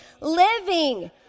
living